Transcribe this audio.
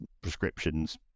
prescriptions